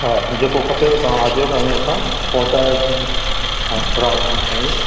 हा जेको खपेव तव्हां अॼु ताईं मूंसां पहुचाए हा राम राम साईं